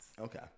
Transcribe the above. Okay